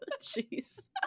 jeez